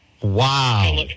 Wow